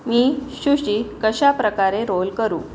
मी sushi कशाप्रकारे roll करू